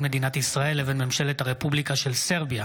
מדינת ישראל לבין ממשלת הרפובליקה של סרביה